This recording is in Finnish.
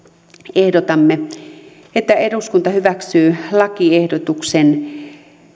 ehdotamme että eduskunta hyväksyy lakiehdotuksen